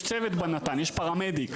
יש צוות בנט"ן, יש פרמדיק.